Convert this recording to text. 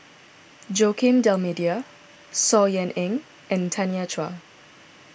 Joaquim D'Almeida Saw Ean Ang and Tanya Chua